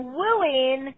wooing